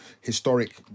historic